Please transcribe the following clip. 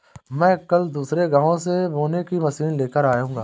मैं कल दूसरे गांव से बोने की मशीन लेकर आऊंगा